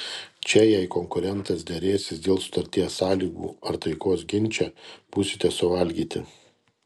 čia jei konkurentas derėsis dėl sutarties sąlygų ar taikos ginče būsite suvalgyti